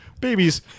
Babies